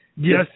Yes